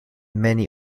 many